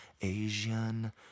Asian